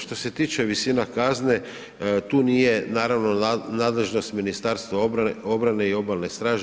Što se tiče visina kazne tu nije naravno nadležnost Ministarstva obrane i obalne straže.